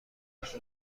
پنج